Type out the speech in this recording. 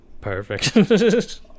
perfect